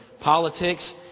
politics